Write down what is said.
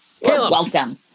Welcome